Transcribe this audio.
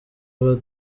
aba